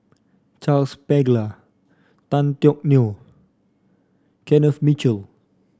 Charles Paglar Tan Teck Neo Kenneth Mitchell